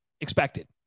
expected